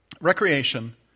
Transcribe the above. Recreation